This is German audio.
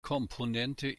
komponente